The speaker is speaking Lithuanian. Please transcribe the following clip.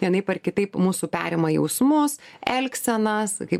vienaip ar kitaip mūsų perima jausmus elgsenas kaip